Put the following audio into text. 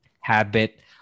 habit